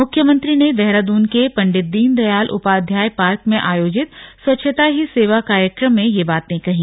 मुख्यमंत्री ने देहरादून के पण्डित दीनदयाल उपाध्याय पार्क में आयोजित स्वच्छता ही सेवा कार्यक्रम में ये बात कही